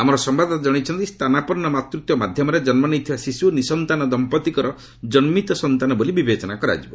ଆମର ସମ୍ଭାଦଦାତା ଜଣାଇଛନ୍ତି ସ୍ଥାନାପନ୍ନ ମାତୃତ୍ୱ ମାଧ୍ୟମରେ ଜନ୍ମ ନେଇଥିବା ଶିଶୁ ନିଃସନ୍ତାନ ଦମ୍ପତିଙ୍କର କନ୍କିତ ସନ୍ତାନ ବୋଲି ବିବେଚନା କରାଯିବ